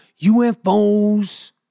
UFOs